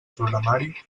programari